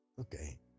okay